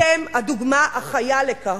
אתם הדוגמה החיה לכך.